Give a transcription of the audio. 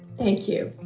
thank you.